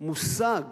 מושג